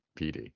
PD